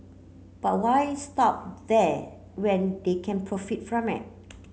but why stop there when they can profit from it